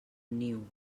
niu